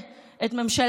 באו אלינו המומחים,